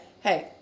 hey